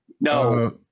No